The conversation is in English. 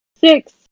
Six